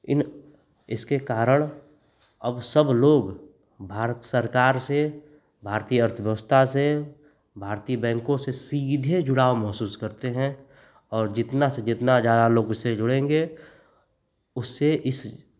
इन इसके कारण अब सब लोग भारत सरकार से भारतीय अर्थव्यवस्था से भारतीय बैंको से सीधे जुड़ाव महसूस करते हैं और जितना से जितना ज़्यादा लोग उससे जुड़ेंगे उससे इस